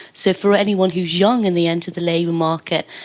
so for anyone who's young and they enter the labour market,